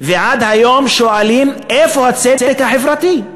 ועד היום שואלים: איפה הצדק החברתי?